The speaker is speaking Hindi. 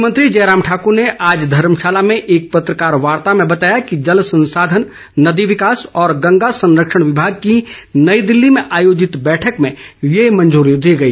मुख्यमंत्री जयराम ठाकुर ने आज धर्मशाला में एक पत्रकार वार्ता में बताया कि जल संसाधन नदी विकास और गंगा संरक्षण विभाग की नई दिल्ली में आयोजित बैठक में ये मंजूरी दी गई